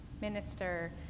minister